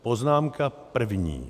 Poznámka první.